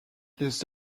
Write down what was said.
les